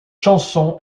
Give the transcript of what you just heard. chanson